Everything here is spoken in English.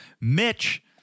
Mitch